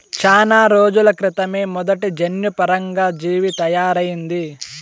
చానా రోజుల క్రితమే మొదటి జన్యుపరంగా జీవి తయారయింది